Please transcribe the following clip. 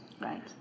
right